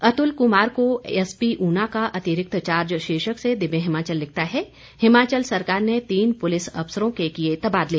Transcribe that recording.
अतुल कुमार को एसपी ऊना का अतिरिक्त चार्ज शीर्षक से दिव्य हिमाचल लिखता है हिमाचल सरकार ने तीन पुलिस अफसरों के किए तबादले